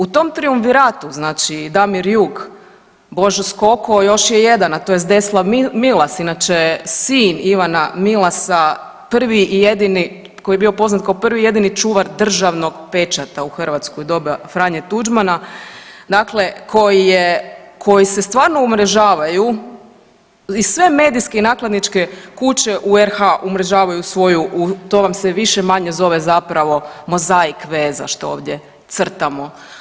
U tom trijumviratu znači Damir Jug, Božo Skoko još je jedan, a to je Zdeslav Milas inače sin Ivana Milasa prvi i jedini koji je bio poznat kao prvi i jedini čuvar državnog pečata u Hrvatskoj u doba Franje Tuđmana dakle koji je, koji se stvarno umrežavaju i sve medijske i nakladničke kuće u RU umrežavaju svoju to vam se više-manje zove zapravo mozaik veza što ovdje crtamo.